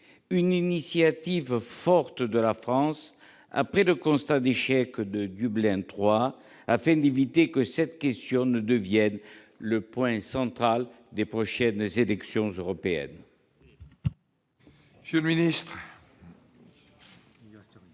qu'une initiative forte de la France émerge du constat de l'échec de Dublin III, afin d'éviter que cette question ne devienne le sujet central des prochaines élections européennes